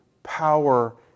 Power